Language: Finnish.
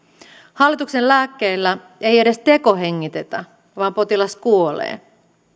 hallituksen lääkkeillä ei edes tekohengitetä vaan potilas kuolee